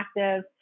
active